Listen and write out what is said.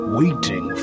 waiting